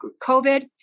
COVID